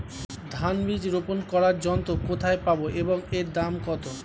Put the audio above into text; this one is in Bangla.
ধান বীজ রোপন করার যন্ত্র কোথায় পাব এবং এর দাম কত?